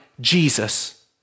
Jesus